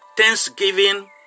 thanksgiving